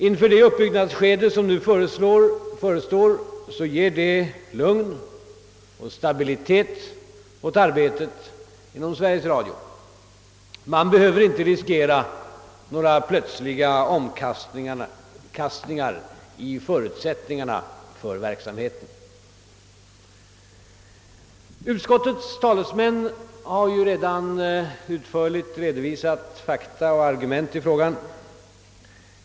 Inför det uppbyggnadsskede som nu förestår ger det lugn och stabilitet behöver inte riskera några plötsliga omkastningar i förutsättningarna för verksamheten. Utskottets talesmän har ju redan utförligt redovisat fakta och argument i frågan.